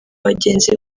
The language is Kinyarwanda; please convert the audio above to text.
bagenzi